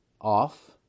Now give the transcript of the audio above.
off